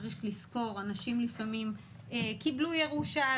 צריך לזכור שאנשים לפעמים קיבלו ירושה,